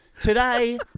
Today